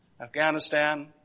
Afghanistan